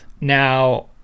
Now